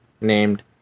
named